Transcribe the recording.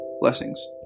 Blessings